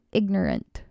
ignorant